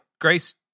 Grace